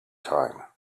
time